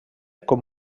com